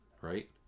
right